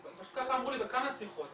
פשוט ככה אמרו לי בכמה שיחות,